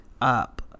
up